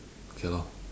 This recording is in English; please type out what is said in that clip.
okay lor